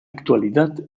actualidad